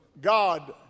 God